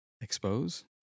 expose